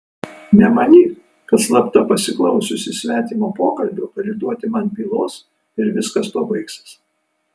nemanyk kad slapta pasiklausiusi svetimo pokalbio gali duoti man pylos ir viskas tuo baigsis